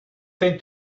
think